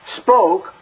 spoke